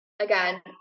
Again